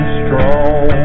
strong